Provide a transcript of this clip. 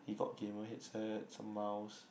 he got gamer headset some mouse